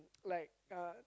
like uh